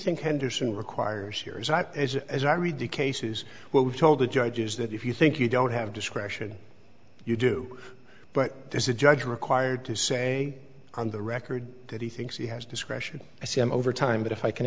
think henderson requires here as i read the cases where we told the judges that if you think you don't have discretion you do but there's a judge required to say on the record that he thinks he has discretion i see him over time but if i can